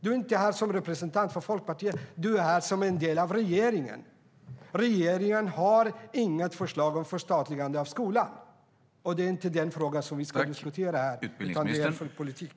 Du är inte här som representant för Folkpartiet; du är här som en del av regeringen. Regeringen har inget förslag om förstatligande av skolan. Det är inte den frågan vi ska diskutera här utan vad ni har för politik.